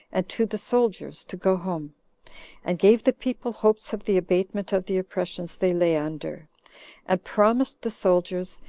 and to the soldiers, to go home and gave the people hopes of the abatement of the oppressions they lay under and promised the soldiers,